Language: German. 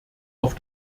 auf